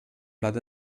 plat